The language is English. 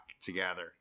together